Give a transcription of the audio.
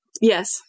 yes